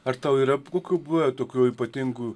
ar tau yra kokių buvę tokių ypatingų